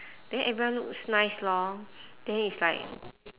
then everyone looks nice lor then it's like